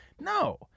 No